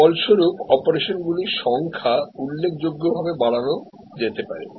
ফলস্বরূপ অপারেশনগুলির সংখ্যা উল্লেখযোগ্যভাবে বাড়ানো যেতে পারে